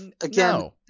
Again